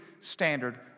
standard